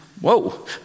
whoa